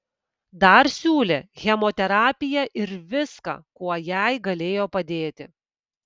dar siūlė chemoterapiją ir viską kuo jai galėjo padėti